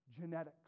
genetics